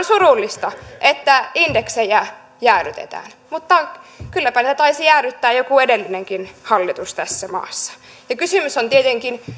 surullista että indeksejä jäädytetään mutta kylläpä ne taisi jäädyttää joku edellinenkin hallitus tässä maassa kysymys on tietenkin